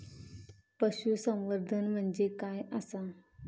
पशुसंवर्धन म्हणजे काय आसा?